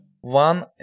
One